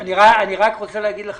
אני רוצה להגיד לך